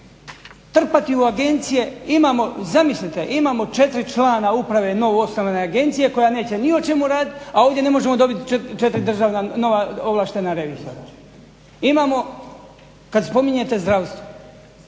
trpati u agencije. Zamislite, imamo 4 člana uprave novoosnovane agencije koja neće ni o čemu raditi, a ovdje ne možemo dobiti 4 državna nova ovlaštena revizora. Imamo, kad spominjete zdravstvo,